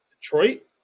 Detroit